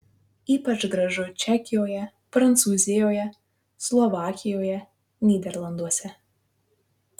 ypač gražu čekijoje prancūzijoje slovakijoje nyderlanduose